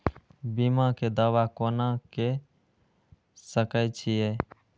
बीमा के दावा कोना के सके छिऐ?